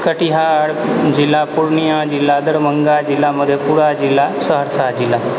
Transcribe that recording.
कटिहार जिला पूर्णिया जिला दरभङ्गा जिला मधेपुरा जिला सहरसा जिला